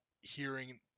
hearing